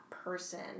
person